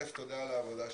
תודה על העבודה שעשית.